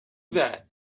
that